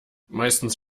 meistens